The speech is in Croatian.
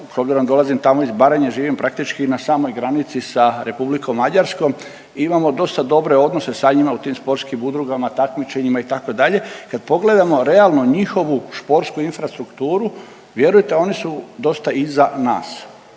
da dolazim tamo iz Baranje živim praktički na samoj granici sa Republikom Mađarskom i imamo dosta dobre odnose sa njima u tim sportskim udrugama, takmičenjima itd. Kad pogledamo realno njihovu športsku infrastrukturu vjerujte oni su dosta iza nas,